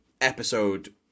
episode